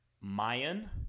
mayan